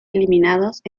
eliminados